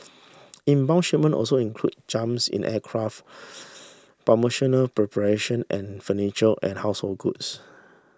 inbound shipment also included jumps in aircraft pharmaceutical preparation and furniture and household goods